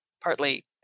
partly